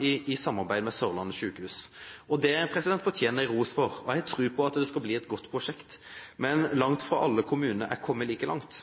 i tett samarbeid med Sørlandet sykehus. Det fortjener de ros for. Jeg har tro på at det skal bli et godt prosjekt, men langt fra alle kommuner er kommet like langt.